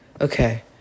Okay